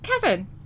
Kevin